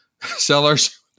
sellers